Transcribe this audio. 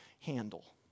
handle